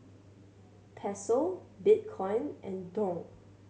Peso Bitcoin and Dong